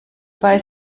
bei